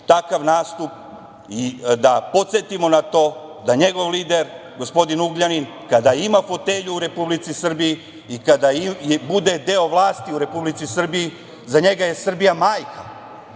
takav nastup i da podsetimo na to da njegov lider gospodin Ugljanin, kada ima fotelju u Republici Srbiji i kada bude deo vlasti u Republici Srbiji, za njega je Srbija majka,